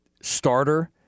starter